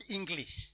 English